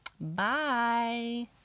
bye